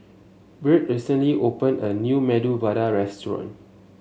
Byrd recently open a new Medu Vada Restaurant